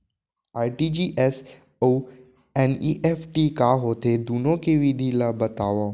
RTGS अऊ NEFT का होथे, दुनो के विधि ला बतावव